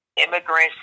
immigrants